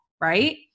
Right